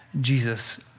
Jesus